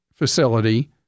facility